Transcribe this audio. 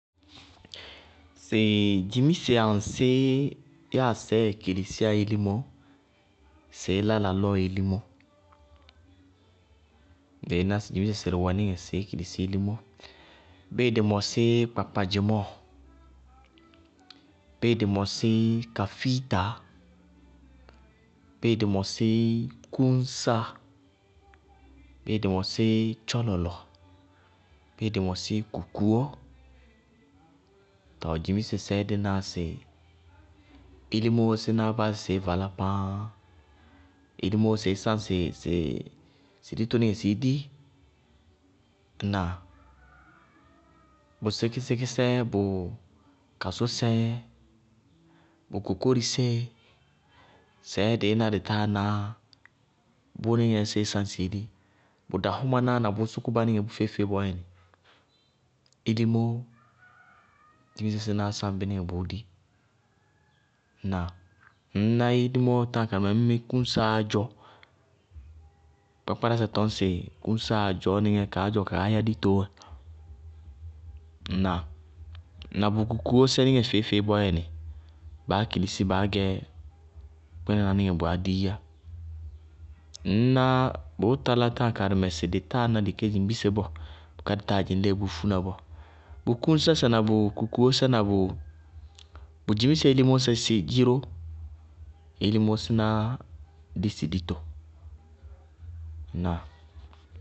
Sɩ dzimise aŋsí yáa sɛɛ kilisíyá ilimó, sɩí lá lalɔɔ ilimó? Dɩí ná sɩ dzimise sɩrɩ wɛ níŋɛ sɩí kilisi ilimó, bíɩ dɩ mɔsí kpakpadzɩmɔɔɔ, bíɩ dɩ mɔsí kafiitaá, bíɩ dɩ mɔsí kúñsáa, bíɩ dɩ mɔsí tchɔlɔlɔ, bíɩ dɩ mɔsí kukuwó, tɔɔ dzimise sɛɛ dí náa sɩ sɩí di ilimóó sínáá báásɩ sɩí di páá, ilimóó sɩí sáŋ sɩ ditonɩŋɛ sɩí di. Ŋnáa? Bʋnsíkísíkí sɛɛ bʋ kasʋsɛɛ, bʋ kokórisé, sɛɛ dɩí ná sɩ táa ná, bʋ níŋɛɛ dɩí sáŋ sɩí di. Bʋ dahʋmaná níŋɛ na bʋʋ sʋkʋba feé-feé bɔɔyɛnɩ, ilimóó dzimise dínáá sáŋ bí níŋɛ bʋʋ dí. Ŋnáa? Ŋñná ilimó sáa karɩmɛ kúñsáaá dzɔ, kpákpárásɛ tɔñsɩ kúñsáa dzɔɔnɩŋɛ kaá dzɔ kaá yá ditoó wá. Na bʋ kukuwósɛ nɩŋɛ feé bɔɔyɛnɩ báa kilisi baá gɛ kpínaná níŋɛ baá díí yá. Ŋñná bʋʋ talá táa karɩmɛ dɩ táa ná dɩ kedzimbise bɔɔ, bʋká dɩ tá dzɩŋ léé bʋʋ fúna bɔɔ, bʋ kúñsásɛ na bʋ kukuwósɛ na bʋ dzimise sí ilimó ñsɛ dziró, ilimóó sínáá dí sɩ dito. Ŋñná?